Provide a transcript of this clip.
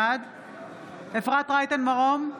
בעד אפרת רייטן מרום,